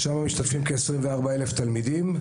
ושם משתתפים כ-24,000 תלמידים.